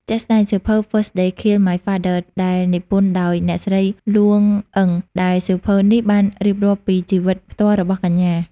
ជាក់ស្តែងសៀវភៅ First They Killed My Father ដែលនិពន្ធដោយ អ្នកស្រីលួង អ៊ឹង ដែលសៀវភៅនេះបានរៀបរាប់ពីជីវិតផ្ទាល់របស់កញ្ញា។